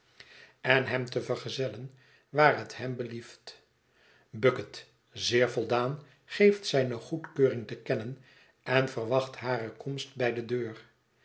en hem te vergezellen waar het hem belieft bucket zeer voldaan geeft zijne goedkeuring te kennen en verwacht hare komst bij de deur